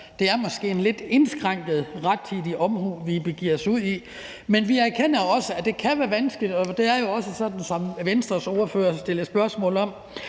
var inde på, indskrænket rettidig omhu, vi begiver os ud i. Men vi erkender også, at det kan være vanskeligt, og det er jo også, sådan som Venstres ordfører stillede spørgsmål om,